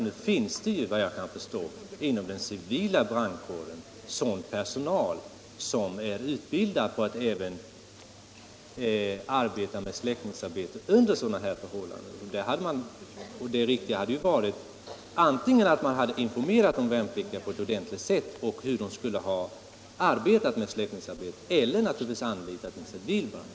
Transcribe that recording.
Nu finns det ju, såvitt jag förstår, inom den civila brandkåren personal som är utbildad på att arbeta med släckningsarbete även under sådana här förhållanden, och det riktiga hade ju varit att man antingen informerat de värnpliktiga på ett ordentligt sätt om hur de skulle arbeta med släckningsarbetet eller också anlitat civil brandkår.